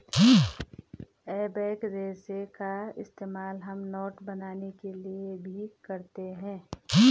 एबेक रेशे का इस्तेमाल हम नोट बनाने के लिए भी करते हैं